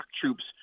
troops